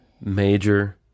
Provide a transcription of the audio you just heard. major